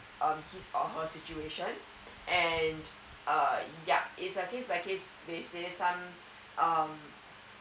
uh his or her situation and uh yeah it's a case by case basis some um